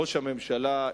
ראש הממשלה,